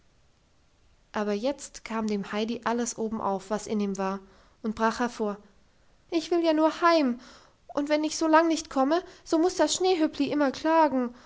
aber jetzt kam dem heidi alles obenauf was in ihm war und brach hervor ich will ja nur heim und wenn ich so lang nicht komme so muss das schneehöppli immer klagen